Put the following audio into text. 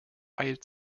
eilt